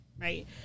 right